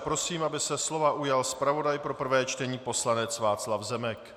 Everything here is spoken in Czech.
Prosím, aby se slova ujal zpravodaj pro prvé čtení poslanec Václav Zemek.